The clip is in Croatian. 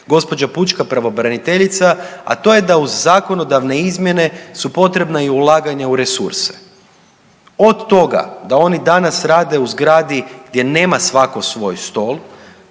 gđa. pučka pravobraniteljica, a to je da uz zakonodavne izmjene su potrebna i ulaganja u resurse, od toga da oni danas rade u zgradi gdje nema svatko svoj stol